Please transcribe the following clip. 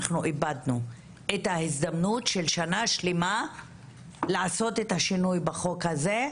אנחנו איבדנו את ההזדמנות של שנה שלמה לעשות את השינוי בחוק הזה,